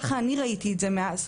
ככה אני ראיתי את זה מאז,